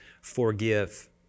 forgive